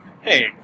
Hey